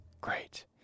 Great